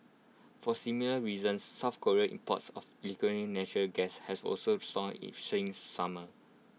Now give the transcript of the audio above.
for similar reasons south Korea imports of natural gas has also soared since summer